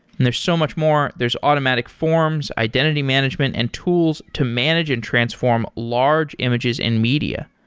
and there's so much more. there's automatic forms, identity management and tools to manage and transform large images and media.